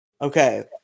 Okay